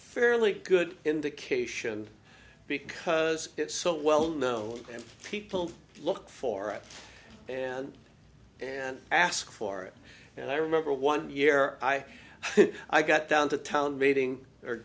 fairly good indication because it's so well known and people look for it and and ask for it and i remember one year i i got down to town meeting